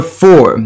four